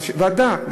ועדה,